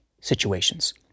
situations